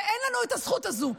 אין לנו את הזכות הזו,